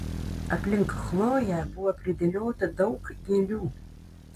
aplink chloję buvo pridėliota daug gėlių